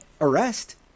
arrest